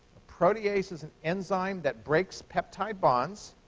protease is an enzyme that breaks peptide bonds.